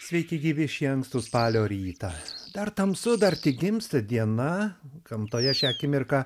sveiki gyvi šį ankstų spalio rytą dar tamsu dar tik gimsta diena gamtoje šią akimirką